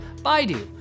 Baidu